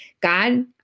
God